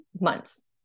months